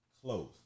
close